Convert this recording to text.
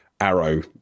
arrow